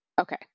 Okay